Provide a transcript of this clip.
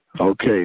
Okay